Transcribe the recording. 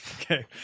Okay